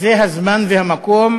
וזה הזמן והמקום